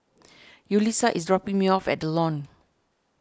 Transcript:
Yulisa is dropping me off at the Lawn